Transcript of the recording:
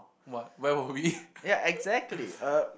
what where were we